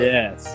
Yes